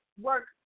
work